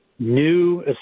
new